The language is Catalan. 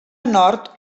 nord